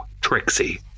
Trixie